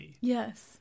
Yes